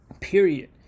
period